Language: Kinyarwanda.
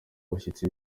bashyitsi